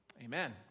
Amen